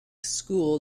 school